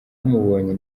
bamubonye